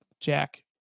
Jack